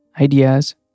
ideas